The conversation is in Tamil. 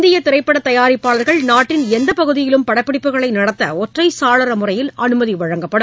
இந்தியா திரைப்படத் தயாரிப்பாளர்கள் நாட்டின் எந்த பகுதியிலும் படபிடிப்புகளை நடத்த ஒற்றைச் சாளர முறையில் அனுமதி வழங்கப்படும்